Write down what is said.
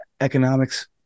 economics